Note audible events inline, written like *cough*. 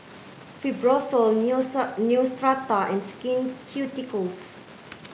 Fibrosol *unintelligible* Neostrata and Skin Ceuticals